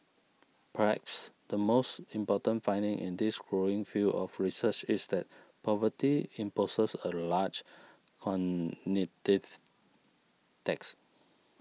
perhaps the most important finding in this growing field of research is that poverty imposes a large cognitive tax